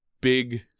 big